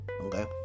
okay